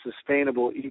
sustainable